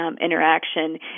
interaction